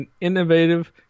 innovative